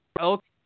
okay